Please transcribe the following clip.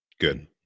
Good